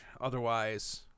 otherwise